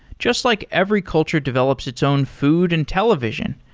just like every culture develops its own food and television.